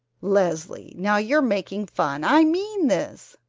leslie, now you're making fun! i mean this!